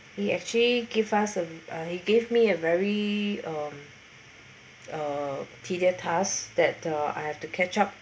he actually give us um he gave me a very um uh tedious task that the I have to catch up